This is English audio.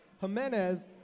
Jimenez